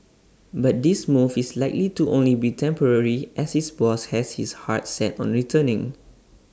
but this move is likely to only be temporary as his boss has his heart set on returning